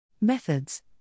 Methods